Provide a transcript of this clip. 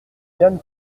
diane